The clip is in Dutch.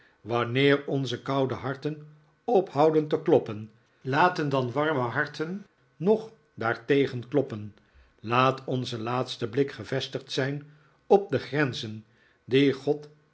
wanneer onze koude harten ophouden te kloppen laten dan warme harten nog daartegen kloppen laat onze laatste blik gevestigd zijn op de grenzen die god